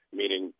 meaning